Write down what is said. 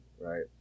right